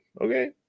okay